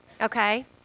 okay